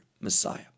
Messiah